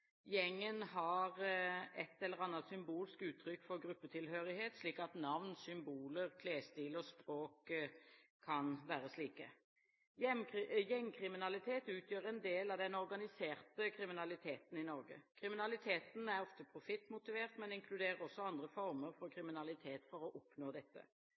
Gjengen har et eller annet symbolsk uttrykk for gruppetilhørighet, slik som navn, symboler, klesstil, språk osv. Gjengkriminalitet utgjør en del av den organiserte kriminaliteten i Norge. Kriminaliteten er ofte profittmotivert, men inkluderer også andre former for kriminalitet for å oppnå dette.